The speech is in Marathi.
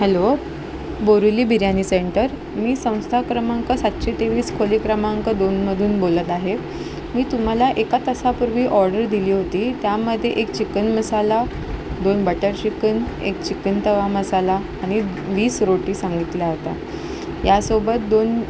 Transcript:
हॅलो बोरुली बिर्यानी सेंटर मी संस्था क्रमांक सातशे तेवीस खोली क्रमांक दोनमधून बोलत आहे मी तुम्हाला एका तासापूर्वी ऑर्डर दिली होती त्यामध्ये एक चिकन मसाला दोन बटर चिकन एक चिकन तवा मसाला आणि वीस रोटी सांगितल्या होत्या यासोबत दोन